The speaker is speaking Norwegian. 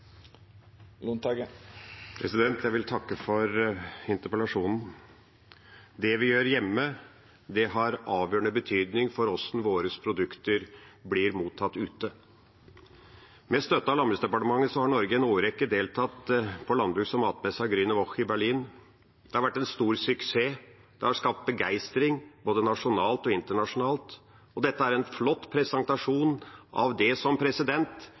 Jeg vil takke for interpellasjonen. Det vi gjør hjemme, har avgjørende betydning for hvordan våre produkter blir mottatt ute. Med støtte av Landbruks- og matdepartementet har Norge i en årrekke deltatt på landbruks- og matmessen Grüne Woche i Berlin. Det har vært en stor suksess. Det har skapt begeistring både nasjonalt og internasjonalt. Dette er en flott presentasjon av det som